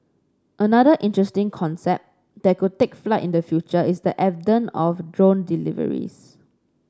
another interesting concept that could take flight in the future is the advent of drone deliveries